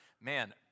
man